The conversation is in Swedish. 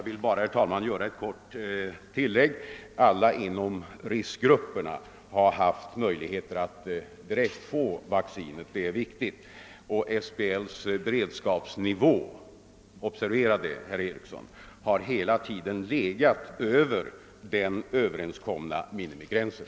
Herr talman! Alla inom riskgrupperna har haft möjlighet att få vaccinet. SBL:s beredskapsnivå har hela tiden — observera det, herr Eriksson i Arvika — legat över den överenskomna minimigränsen.